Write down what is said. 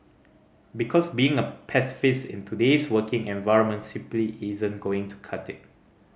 because being a pacifist in today's working environment simply isn't going to cut it